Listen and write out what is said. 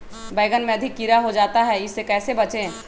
बैंगन में अधिक कीड़ा हो जाता हैं इससे कैसे बचे?